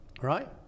right